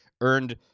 earned